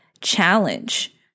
challenge